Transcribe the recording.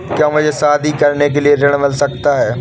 क्या मुझे शादी करने के लिए ऋण मिल सकता है?